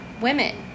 women